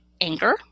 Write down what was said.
anger